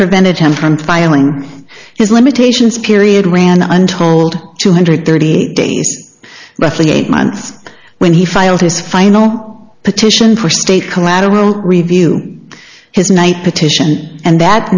prevented him from filing his limitations period ran under told two hundred thirty eight days roughly eight months when he filed his final petition for state collateral review his night petition and that